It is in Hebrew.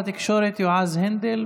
אינו נוכח יולי יואל אדלשטיין,